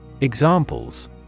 Examples